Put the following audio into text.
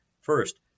First